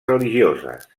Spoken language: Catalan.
religioses